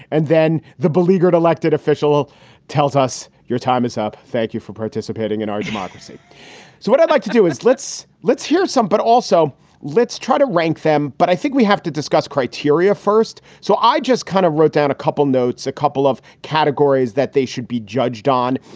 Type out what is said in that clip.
and then the beleaguered elected official tells us your time is up. thank you for participating in our democracy. so what i'd like to do is let's let's hear some, but also let's try to rank them. but i think we have to discuss criteria first. so i just kind of wrote down a couple notes, a couple of categories that they should be judged on.